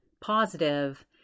positive